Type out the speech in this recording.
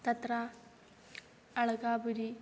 तत्र अलकापुरी